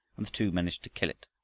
and the two managed to kill it.